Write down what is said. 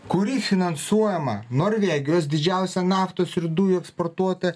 kuri finansuojama norvegijos didžiausia naftos ir dujų eksportuotoja